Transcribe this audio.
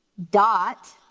dot